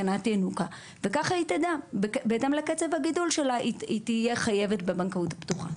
וכך היא תדע; בהתאם לקצב הגידול שלה היא תהיה חייבת בבנקאות הפתוחה.